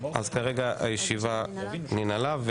אז כרגע הישיבה ננעלה.